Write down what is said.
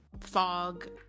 fog